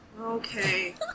Okay